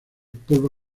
polvo